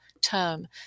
term